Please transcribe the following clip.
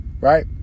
right